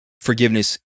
forgiveness